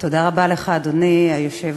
אדוני היושב